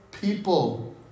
people